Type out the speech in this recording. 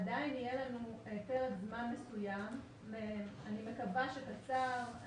עדיין יהיה לנו פרק זמן מסוים - ואני מקווה שהוא יהיה קצר.